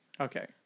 Okay